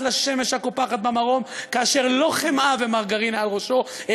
לשמש הקופחת במרום כאשר לא חמאה ומרגרינה על ראשו,